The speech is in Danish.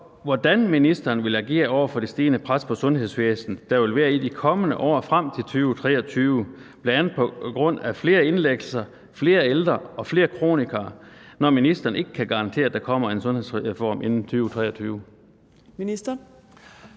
hvordan ministeren vil agere over for det stigende pres på sundhedsvæsenet, der vil være i de kommende år frem mod 2023, bl.a. på grund af flere indlæggelser, flere ældre og flere kronikere, når ministeren ikke kan garantere, at der kommer en sundhedsreform inden 2023?